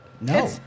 No